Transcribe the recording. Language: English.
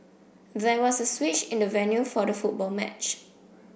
there was a switch in the venue for the football match